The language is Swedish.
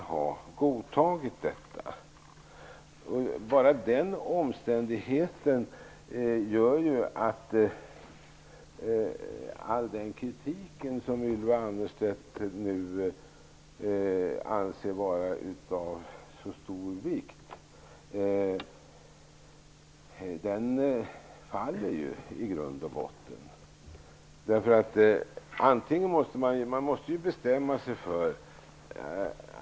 Det är ett faktum, Ylva Annerstedt. Bara den omständigheten gör att all den kritik som Ylva Annerstedt nu anser vara av så stor vikt i grund och botten faller. Man måste ju bestämma sig.